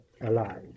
alive